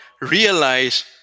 Realize